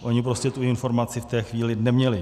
Oni prostě tu informaci v té chvíli neměli.